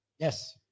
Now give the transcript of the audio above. Yes